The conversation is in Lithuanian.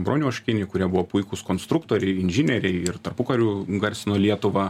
bronių oškinį kurie buvo puikūs konstruktoriai inžinieriai ir tarpukariu garsino lietuvą